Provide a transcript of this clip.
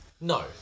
No